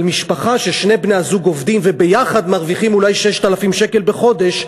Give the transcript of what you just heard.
אבל משפחה ששני בני-הזוג עובדים וביחד מרוויחים אולי 6,000 שקלים בחודש,